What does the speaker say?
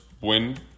win